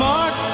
Mark